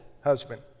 husband